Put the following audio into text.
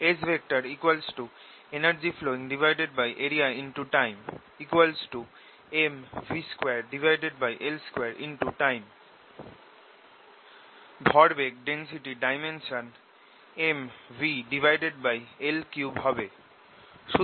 S energy flowingarea×time Mv2L2time ভরবেগ ডেন্সিটির dimension MvL3 হবে